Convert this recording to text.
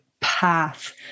path